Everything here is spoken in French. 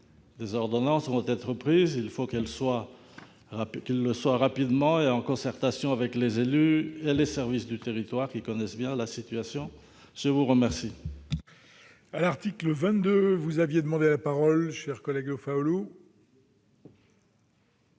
Des ordonnances vont être prises : il faut qu'elles le soient rapidement et en concertation avec les élus et les services du territoire, qui connaissent bien la situation. L'amendement